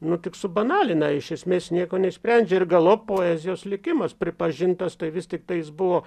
nu tik subanalina iš esmės nieko neišsprendžia ir galop poezijos likimas pripažintas tai vis tiktai jis buvo